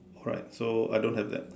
alright so I don't have that